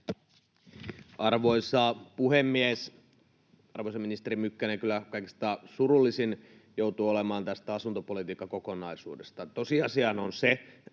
Arvoisa puhemies! Arvoisa ministeri Mykkänen, kyllä kaikista surullisin joutuu olemaan tästä asuntopolitiikkakokonaisuudesta. Tosiasiahan on se,